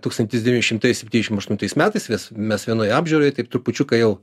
tūkstantis devyni šimtai septyniasdešimt aštuntais metais vis mes vienai apžiūrai taip trupučiuką jau